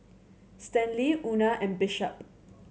Stanley Una and Bishop